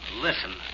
Listen